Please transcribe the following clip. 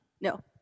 No